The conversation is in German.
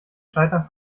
scheitern